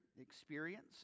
experience